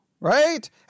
Right